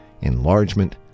enlargement